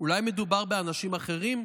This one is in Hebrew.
אולי מדובר באנשים אחרים?